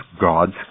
God's